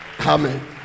Amen